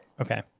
Okay